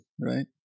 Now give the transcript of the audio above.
right